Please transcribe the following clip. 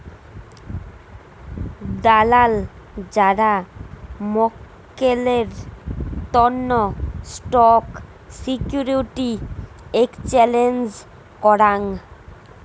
দালাল যারা মক্কেলের তন্ন স্টক সিকিউরিটি এক্সচেঞ্জের করাং